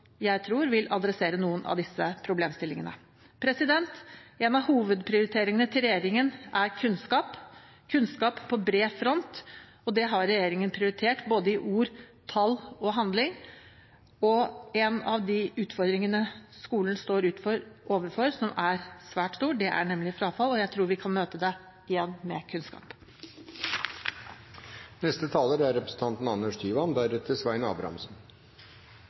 vil adressere noen av disse problemstillingene. En av hovedprioriteringene til regjeringen er kunnskap, kunnskap på bred front, og det har regjeringen prioritert i både ord, tall og handling. En av de utfordringene skolen står overfor, er svært stor, nemlig frafall, og jeg tror igjen vi kan møte det med kunnskap. Takk til interpellanten. Jeg er